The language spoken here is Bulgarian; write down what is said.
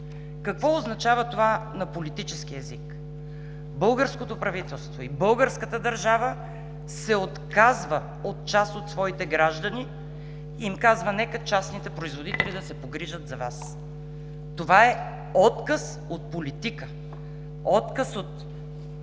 Какво означава това на политически език? Българското правителство и българската държава се отказва от част от своите граждани и им казва: „Нека частните производители да се погрижат за Вас!“. Това е отказ от политика, отказ от